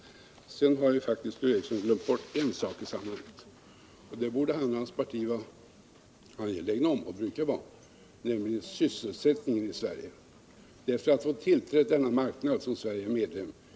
Sedan har Sture Ericson faktiskt glömt bort en sak i sammanhanget som han och hans parti borde vara angelägna om — det brukar de vara — nämligen frågan om sysselsättningen i Sverige. Det är för att få tillträde till den här marknaden som Sverige är medlem.